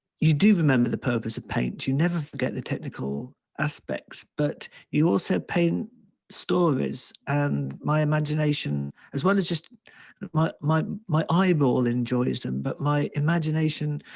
you do remember the purpose of paint. you never forget the technical aspects, but you also paint stories and my imagination, as well as just my my eyeball enjoys them. but my imagination